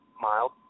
mild